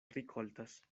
rikoltas